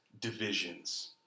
divisions